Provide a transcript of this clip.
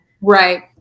Right